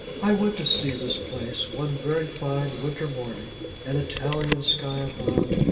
i went to see this place one very fine winter morning an italian sky above,